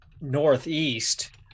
northeast